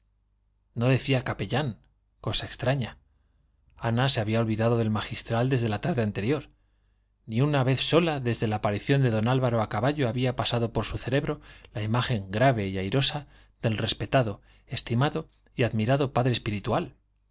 no decía capellán cosa extraña ana se había olvidado del magistral desde la tarde anterior ni una vez sola desde la aparición de don álvaro a caballo había pasado por su cerebro la imagen grave y airosa del respetado estimado y admirado padre espiritual